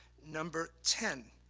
number ten,